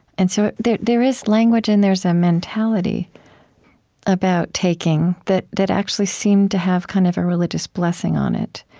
and so there there is language, and there's a mentality about taking that that actually seemed to have kind of a religious blessing on it.